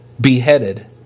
beheaded